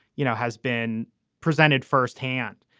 you know, has been presented firsthand.